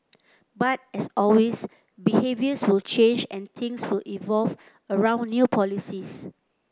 but as always behaviours will change and things will evolve around new policies